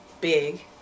big